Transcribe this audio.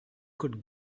could